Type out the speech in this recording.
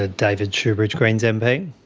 ah david shoebridge, greens mp.